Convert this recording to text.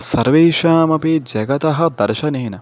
सर्वेषामपि जगतः दर्शनेन